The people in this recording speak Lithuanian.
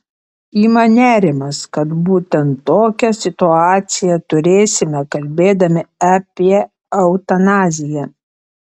ima nerimas kad būtent tokią situaciją turėsime kalbėdami apie eutanaziją